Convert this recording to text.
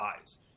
eyes